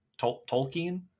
Tolkien